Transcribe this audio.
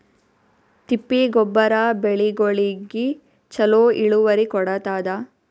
ತಿಪ್ಪಿ ಗೊಬ್ಬರ ಬೆಳಿಗೋಳಿಗಿ ಚಲೋ ಇಳುವರಿ ಕೊಡತಾದ?